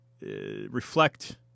reflect